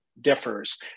differs